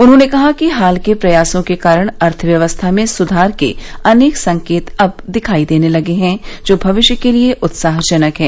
उन्होंने कहा कि हाल के प्रयासों के कारण अर्थव्यवस्था में सुधार के अनेक संकेत अब दिखाई देने लगे हैं जो भविष्य के लिए उत्साहजनक हैं